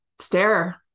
stare